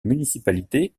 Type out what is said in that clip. municipalité